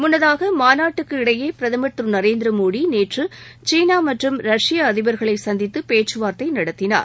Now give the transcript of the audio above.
முன்னதாக மாநாட்டுக்கு இடையே பிரதமர் திரு நரேந்திர மோடி நேற்று கீனா மற்றும் ரஷ்ய அதிபர்களை சந்தித்து பேச்சுவார்த்தை நடத்தினார்